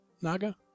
Naga